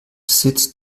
sitz